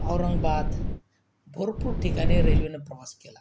औरंगबाद भरपूर ठिकाणी रेल्वेने प्रवास केला